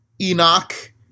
Enoch